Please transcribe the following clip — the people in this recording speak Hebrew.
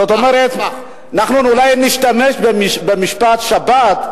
זאת אומרת, אנחנו אולי נשתמש במלה "שבת"